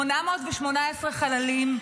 818 חללים,